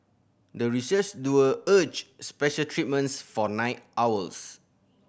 the research duo urged special treatments for night owls